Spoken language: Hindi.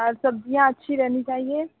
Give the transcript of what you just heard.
सब्ज़ियाँ अच्छी रहनी चाहिए